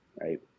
right